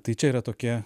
tai čia yra tokia